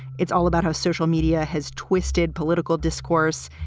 it's all about how social media has twisted political discourse.